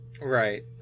right